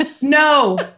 No